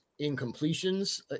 incompletions